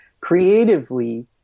creatively